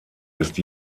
ist